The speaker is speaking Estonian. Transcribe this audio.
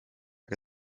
aga